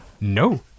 No